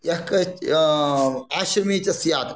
यः आश्रमी च स्यात्